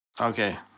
Okay